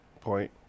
Point